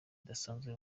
idasanzwe